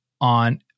on